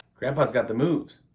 grandpa's got the moves.